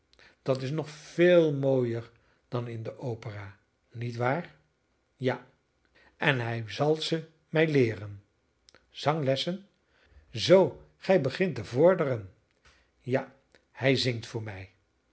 dat is nog veel mooier dan in de opera niet waar ja en hij zal ze mij leeren zanglessen zoo gij begint te vorderen ja hij zingt voor mij